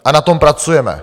A na tom pracujeme.